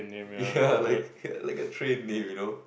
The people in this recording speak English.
ya like like a train name you know